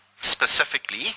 specifically